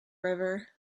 river